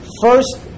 First